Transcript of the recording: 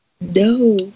No